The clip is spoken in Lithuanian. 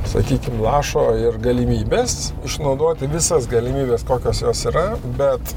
sakykim lašo ir galimybės išnaudoti visas galimybes kokios jos yra bet